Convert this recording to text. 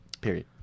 Period